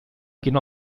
quina